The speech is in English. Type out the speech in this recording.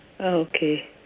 okay